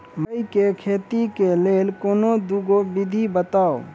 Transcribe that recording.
मकई केँ खेती केँ लेल कोनो दुगो विधि बताऊ?